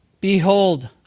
Behold